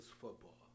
football